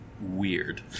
weird